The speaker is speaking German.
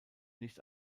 nicht